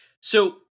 So-